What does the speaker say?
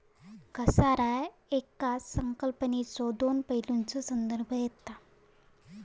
घसारा येकाच संकल्पनेच्यो दोन पैलूंचा संदर्भ देता